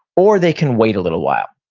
or they can wait a little while.